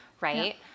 right